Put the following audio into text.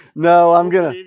no i'm gonna